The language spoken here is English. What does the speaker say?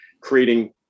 creating